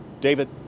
David